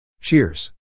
Cheers